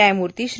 न्यायमूर्ती श्री